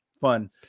fun